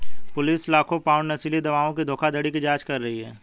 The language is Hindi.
पुलिस लाखों पाउंड नशीली दवाओं की धोखाधड़ी की जांच कर रही है